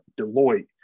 Deloitte